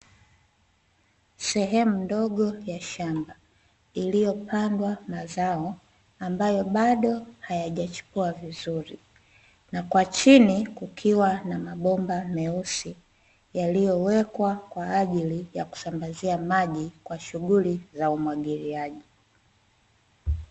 Sehemu ndogo ya shamba iliyopandwa mazao, ambayo bado hayajachipua vizuri, na kwa chini kukiwa na mabomba meusi yaliyowekewa, kwa ajili ya kusambazia maji kwa shughuli za umwagiliaji.